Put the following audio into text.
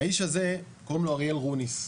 האיש הזה קוראים לו אריאל רוניס,